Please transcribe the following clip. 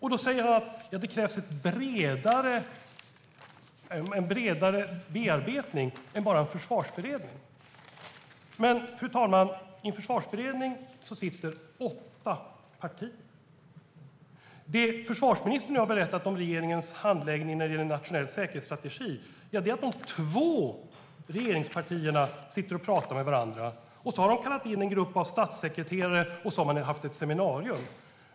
Han säger att det krävs en bredare bearbetning än bara Försvarsberedningen. Men i en försvarsberedning sitter åtta partier. Det som försvarsministern nu har berättat om regeringens handläggning när det gäller en nationell säkerhetsstrategi är att de två regeringspartierna sitter och talar med varandra. De har också kallat in en grupp statssekreterare och haft ett seminarium.